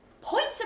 points